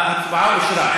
ההצעה אושרה.